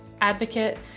advocate